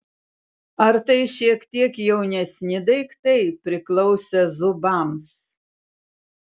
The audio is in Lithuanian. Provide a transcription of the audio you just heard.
ar tai šiek tiek jaunesni daiktai priklausę zubams